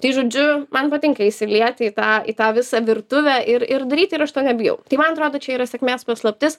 tai žodžiu man patinka įsilieti į tą į tą visą virtuvę ir ir daryti ir aš to nebijau tai man atrodo čia yra sėkmės paslaptis